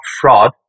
fraud